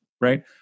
right